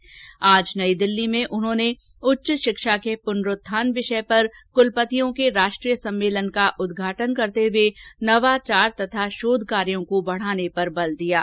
उन्होंने आज नई दिल्ली में उच्च शिक्षा के पुनरूथान विषय पर कुलपतियों के राष्ट्रीय सम्मेलन का उद्घाटन करते हुए नवाचार तथा शोध कार्यों को बढाने पर बल दिया है